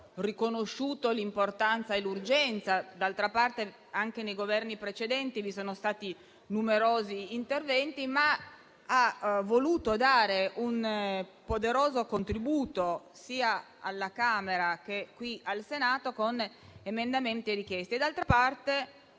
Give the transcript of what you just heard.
ha riconosciuto l'importanza e l'urgenza (d'altra parte anche nei Governi precedenti vi sono stati numerosi interventi in tal senso), ma ha voluto dare un poderoso contributo sia alla Camera che qui al Senato con degli emendamenti.